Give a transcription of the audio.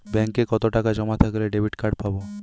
ব্যাঙ্কে কতটাকা জমা থাকলে ডেবিটকার্ড পাব?